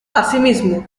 asimismo